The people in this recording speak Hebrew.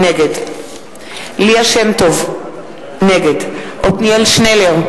נגד ליה שמטוב, נגד עתניאל שנלר,